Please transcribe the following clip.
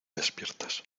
despiertas